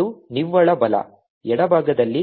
ಅದು ನಿವ್ವಳ ಬಲ ಎಡಭಾಗದಲ್ಲಿ